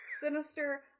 Sinister